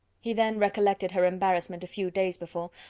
he then recollected her embarrassment a few days before,